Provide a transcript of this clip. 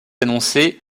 annoncé